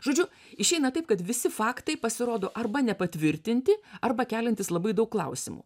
žodžiu išeina taip kad visi faktai pasirodo arba nepatvirtinti arba keliantys labai daug klausimų